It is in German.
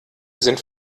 sind